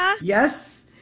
Yes